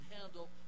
handle